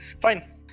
Fine